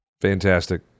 Fantastic